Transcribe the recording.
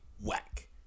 whack